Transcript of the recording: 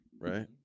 right